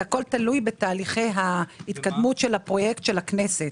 זה הכול תלוי בתהליכי ההתקדמות של הפרויקט של הכנסת.